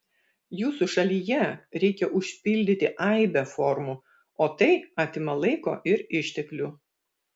jūsų šalyje reikia užpildyti aibę formų o tai atima laiko ir išteklių